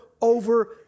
over